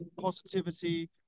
positivity